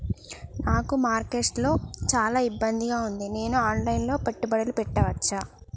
నాకు మార్కెట్స్ లో చాలా ఇబ్బందిగా ఉంది, నేను ఆన్ లైన్ లో పెట్టుబడులు పెట్టవచ్చా?